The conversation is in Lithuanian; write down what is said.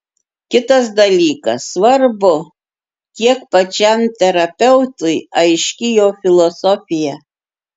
kitas dalykas svarbu kiek pačiam terapeutui aiški jo filosofija